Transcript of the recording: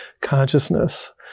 consciousness